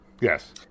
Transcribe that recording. Yes